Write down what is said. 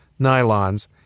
nylons